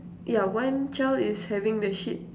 ya one child is having the sheet